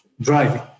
driving